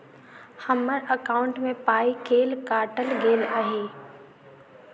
हम्मर एकॉउन्ट मे पाई केल काटल गेल एहि